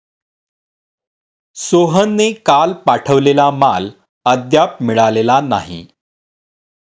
सोहनने काल पाठवलेला माल अद्याप मिळालेला नाही